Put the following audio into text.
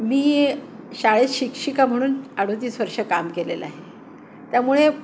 मी शाळेत शिक्षिका म्हणून अडतीस वर्ष काम केलेलं आहे त्यामुळे